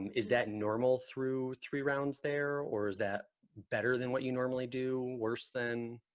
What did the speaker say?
is that normal through three rounds there, or is that better than what you normally do, worse than?